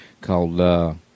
called –